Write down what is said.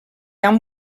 han